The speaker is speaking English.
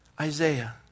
Isaiah